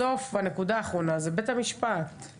בסוף הנקודה האחרונה זה בית המשפט,